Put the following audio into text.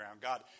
God